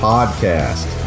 Podcast